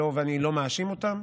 ואני לא מאשים אותם,